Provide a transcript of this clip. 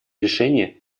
решения